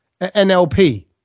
nlp